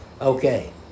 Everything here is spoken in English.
Okay